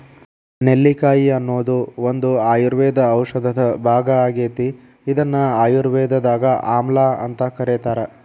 ನೆಲ್ಲಿಕಾಯಿ ಅನ್ನೋದು ಒಂದು ಆಯುರ್ವೇದ ಔಷಧದ ಭಾಗ ಆಗೇತಿ, ಇದನ್ನ ಆಯುರ್ವೇದದಾಗ ಆಮ್ಲಾಅಂತ ಕರೇತಾರ